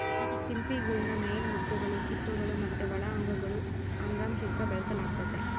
ಸಿಂಪಿಗುಳ್ನ ಮೇನ್ ಮುತ್ತುಗುಳು, ಚಿಪ್ಪುಗುಳು ಮತ್ತೆ ಒಳ ಅಂಗಗುಳು ಅಂಗಾಂಶುಕ್ಕ ಬೆಳೆಸಲಾಗ್ತತೆ